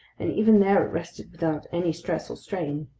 and even there it rested without any stress or strain.